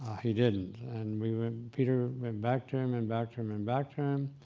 he didn't and we went, peter went back to him and back to him and back to him,